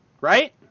right